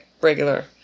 regular